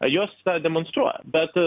jos tą demonstruoja bet